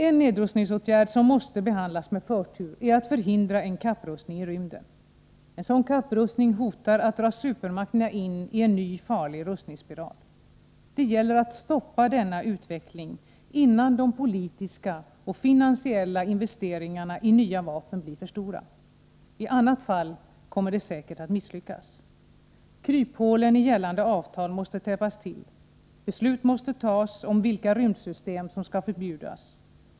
En nedrustningsåtgärd som måste behandlas med förtur är att förhindra en kapprustning i rymden. En sådan kapprustning hotar att dra supermakterna ini en ny farlig rustningsspiral. Det gäller att stoppa denna utveckling innan de politiska och finansiella investeringarna i nya vapen blir för stora. I annat fall kommer detta säkert att misslyckas. Kryphålen i gällande avtal måste täppas till. Beslut måste tas om vilka rymdsystem som skall förbjudas.